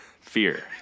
fear